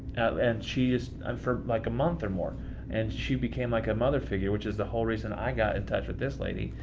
and she just um for like a month or more and she became like a mother figure, which is the whole reason i got in touch with this lady,